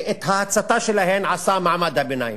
את ההצתה שלהן עשה מעמד הביניים.